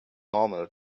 normal